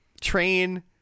Train